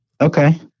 Okay